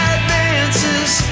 Advances